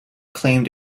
claimed